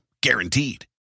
Guaranteed